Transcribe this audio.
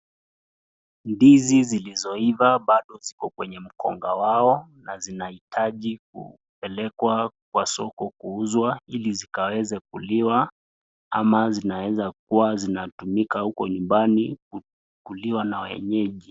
Ndizi zilizoiva bado ziko kwenye mgomba wao na zinahitaji kupelekwa kwa soko kuuzwa ili zikaweze kuliwa ama zinaweza kuwa zinatumika huko nyumbani kuliwa na wenyeji.